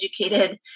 educated